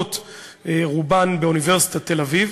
רובן לומדות באוניברסיטת תל-אביב